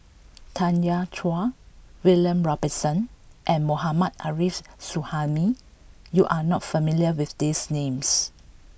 Tanya Chua William Robinson and Mohammad Arif Suhaimi you are not familiar with these names